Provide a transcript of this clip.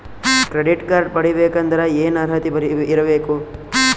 Credit card ಪಡಿಬೇಕಂದರ ಏನ ಅರ್ಹತಿ ಇರಬೇಕು?